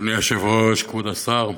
אדוני היושב-ראש, כבוד השר,